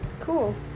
Cool